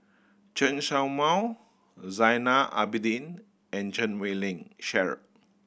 Chen Show Mao Zainal Abidin and Chan Wei Ling Cheryl